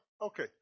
Okay